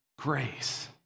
grace